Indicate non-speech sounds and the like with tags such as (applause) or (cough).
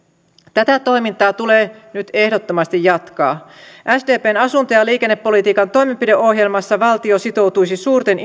tätä toimintaa tulee nyt ehdottomasti jatkaa sdpn asunto ja liikennepolitiikan toimenpideohjelmassa valtio sitoutuisi suurten (unintelligible)